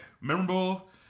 Memorable